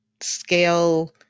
scale